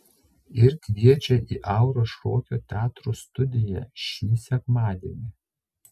ir kviečia į auros šokio teatro studiją šį sekmadienį